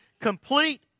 complete